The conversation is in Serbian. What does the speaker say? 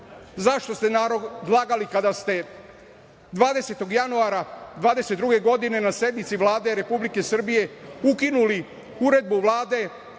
zašto ste narod lagali kada ste 20. januara. 2022. godine na sednici Vlade Republike Srbije ukinuli Uredbu Vlade